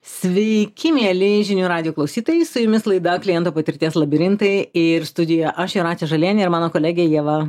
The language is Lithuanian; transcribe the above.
sveiki mieli žinių radijo klausytojai su jumis laida kliento patirties labirintai ir studijoj aš jūratė žalienė ir mano kolegė ieva